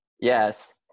yes